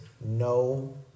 no